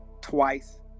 twice